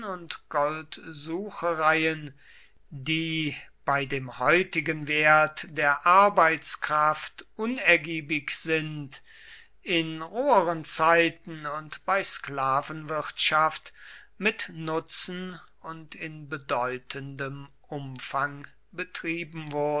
und goldsuchereien die bei dem heutigen wert der arbeitskraft unergiebig sind in roheren zeiten und bei sklavenwirtschaft mit nutzen und in bedeutendem umfang betrieben